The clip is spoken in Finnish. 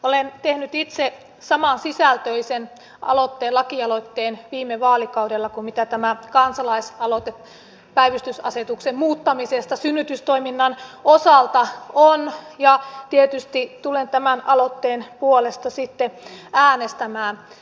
olen tehnyt itse samansisältöisen lakialoitteen viime vaalikaudella kuin mitä tämä kansalaisaloite päivystysasetuksen muuttamisesta synnytystoiminnan osalta on ja tietysti tulen tämän aloitteen puolesta sitten äänestämään